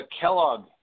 Kellogg